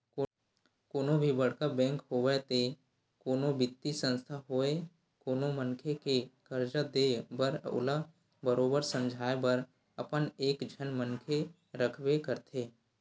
कोनो भी बड़का बेंक होवय ते कोनो बित्तीय संस्था होवय कोनो मनखे के करजा देय बर ओला बरोबर समझाए बर अपन एक झन मनखे रखबे करथे